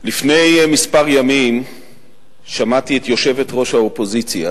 לפני כמה ימים שמעתי את יושבת-ראש האופוזיציה